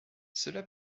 cela